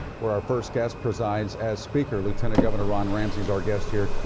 where our first guest presides as speaker, lieutenant governor ron ramsey is our guest here.